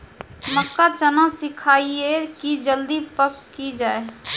मक्का चना सिखाइए कि जल्दी पक की जय?